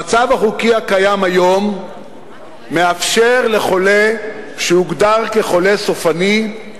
המצב החוקי הקיים כיום מאפשר לחולה שהוגדר כחולה סופני,